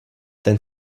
ten